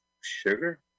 sugar